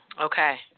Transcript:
Okay